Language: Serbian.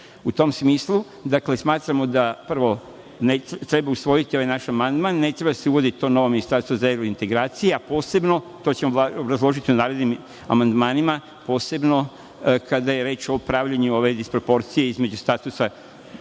U tom smislu, smatramo da prvo treba usvojiti ovaj naš amandman, ne treba da se uvodi to novo ministarstvo za evrointegracije, a posebno, to ćemo obrazložiti u narednim amandmanima, kada je reč o pravljenju ove disproporcije između statusa